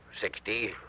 Sixty